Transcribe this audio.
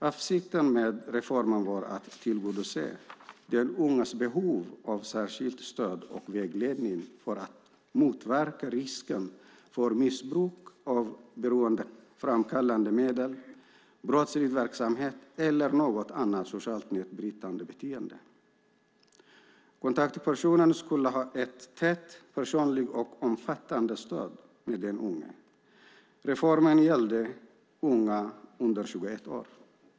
Avsikten med reformen var att tillgodose den unges behov av särskilt stöd och vägledning för att motverka risken för missbruk av beroendeframkallande medel och för att motverka brottslig verksamhet eller något annat socialt nedbrytande beteende. Kontaktpersonen skulle ha ett tätt, personligt och omfattande stöd med den unge. Reformen gällde unga under 21 år.